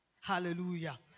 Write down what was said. hallelujah